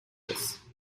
practice